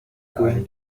going